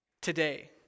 Today